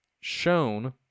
shown